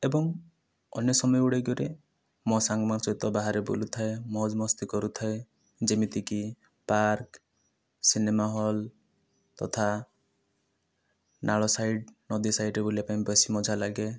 ଏବଂ ଅନ୍ୟ ସମୟ ଗୁଡ଼ିକରେ ମୋ ସାଙ୍ଗମାନଙ୍କ ସହିତ ବାହାରେ ବୁଲୁଥାଏ ମଉଜ ମସ୍ତି କରୁଥାଏ ଯେମିତିକି ପାର୍କ ସିନେମା ହଲ ତଥା ନାଳ ସାଇଡ଼୍ ନଦୀ ସାଇଡ଼୍ରେ ବୁଲିବା ପାଇଁ ବେଶ ମଜା ଲାଗେ